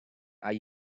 are